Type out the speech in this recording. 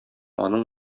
аның